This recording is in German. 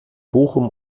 bochum